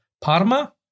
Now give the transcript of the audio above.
Parma